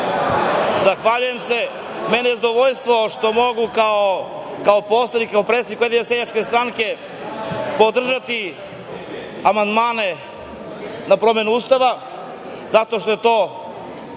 Zahvaljujem se. Meni je zadovoljstvo što mogu kao poslanik i kao predsednik Ujedinjene seljačke stranke podržati amandmane na promenu Ustava, zato što ja u